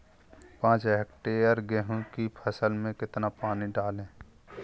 पाँच हेक्टेयर गेहूँ की फसल में कितना पानी डालें?